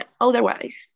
Otherwise